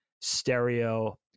stereo